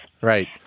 Right